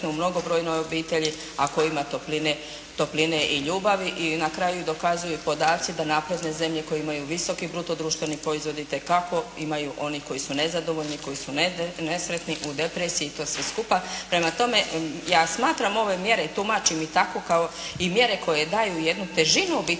u mnogobrojnoj obitelji ako ima topline, topline i ljubavi. I na kraju i dokazuju podaci da napredne zemlje koje imaju visoki bruto društveni proizvod itekako ima onih koji su nezadovoljni, koji su nesretni, u depresiji i to sve skupa. Prema tome ja smatram ove mjere i tumačim ih tako kao i mjere koje daju jednu težinu obitelji,